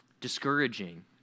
discouraging